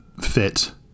fit